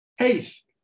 eighth